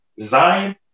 Zion